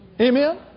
Amen